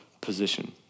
position